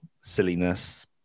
silliness